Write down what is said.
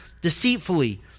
deceitfully